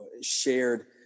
shared